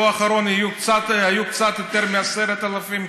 ראית פעם מלחמה בהתנדבות?